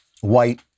white